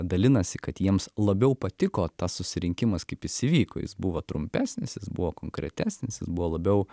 dalinasi kad jiems labiau patiko tas susirinkimas kaip jis įvyko jis buvo trumpesnis jis buvo konkretesnis jis buvo labiau